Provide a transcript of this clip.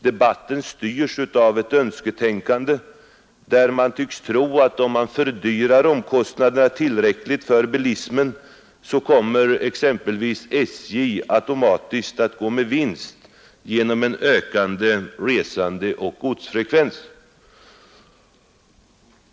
Debatten styrs av ett önsketänkande, där man tycks tro att om man fördyrar omkostnaderna tillräckligt för bilismen, kommer exempelvis SJ automatiskt att gå med vinst genom en ökande resandeoch godsfrekvens.